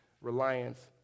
reliance